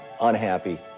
unhappy